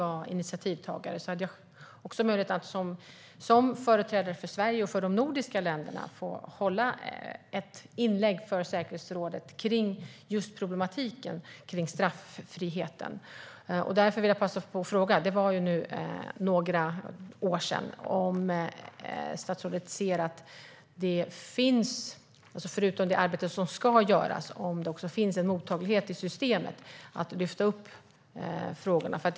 Det gällde inte resolution 1870 utan en resolution från säkerhetsrådet som kom senare och som UK var initiativtagare till. Det var för några år sedan, och därför vill jag passa på att fråga om statsrådet ser att det, förutom det arbete som ska göras, finns en mottaglighet i systemet för att lyfta upp dessa frågor.